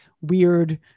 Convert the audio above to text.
weird